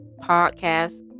Podcast